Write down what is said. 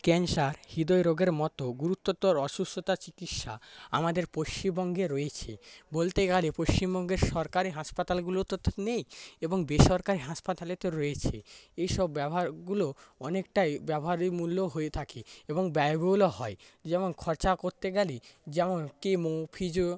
cancer হৃদয়রোগের মতো গুরুতর অসুস্থতার চিকিৎসা আমাদের পশ্চিমবঙ্গে রয়েছে বলতে গেলে পশ্চিমবঙ্গের সরকারি হাসপাতালগুলোতে নেই এবং বেসরকারি হাসপাতালেতে রয়েছে এইসব ব্যবহারগুলো অনেকটাই ব্যবহারের মূল্য হয়ে থাকে এবং ব্যায়বহুলও হয় যেমন খরচা করতে গেলে যেমন কেমো ফিজিও